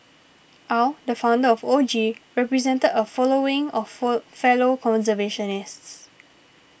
Aw the founder of O G represented a following of for fellow conservationists